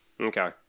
Okay